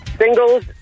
singles